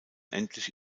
endlich